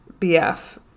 BF